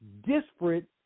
disparate